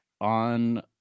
on